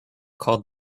called